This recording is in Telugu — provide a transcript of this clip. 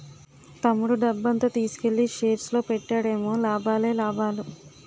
తమ్ముడు డబ్బంతా తీసుకెల్లి షేర్స్ లో పెట్టాడేమో లాభాలే లాభాలు